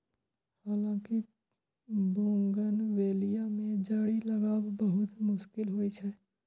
हालांकि बोगनवेलिया मे जड़ि लागब बहुत मुश्किल होइ छै